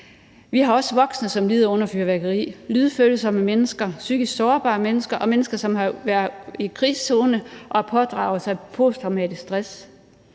Vi har også voksne, som lider under fyrværkeri. Lydfølsomme mennesker, psykisk sårbare mennesker og mennesker, som har været i krigszone og har pådraget sig posttraumatisk stresssyndrom.